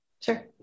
Sure